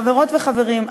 חברות וחברים,